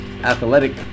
Athletic